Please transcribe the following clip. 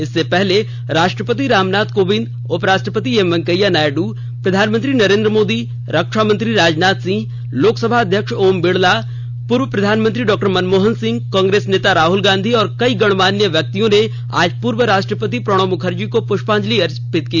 इससे पहले राष्ट्रपति रामनाथ कोविंद उपराष्ट्रपति एम वेंकैया नायड्र प्रधानमंत्री नरेन्द्र मोदी रक्षामंत्री राजनाथ सिंह लोकसभा अध्यक्ष ओम बिडला पूर्व प्रधानमंत्री डॉ मनमोहन सिंह कांग्रेस नेता राहुल गांधी और कई गणमान्य व्यक्तियों ने आज पूर्व राष्ट्रपति प्रणब मुखर्जी को पृष्पांजलि अर्पित की